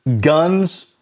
guns—